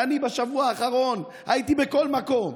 בשבוע האחרון הייתי בכל מקום,